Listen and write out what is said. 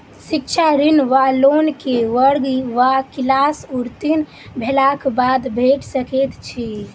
शिक्षा ऋण वा लोन केँ वर्ग वा क्लास उत्तीर्ण भेलाक बाद भेट सकैत छी?